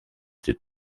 did